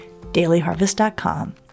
Dailyharvest.com